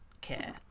care